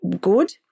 good